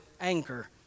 anchor